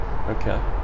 Okay